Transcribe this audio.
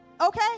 Okay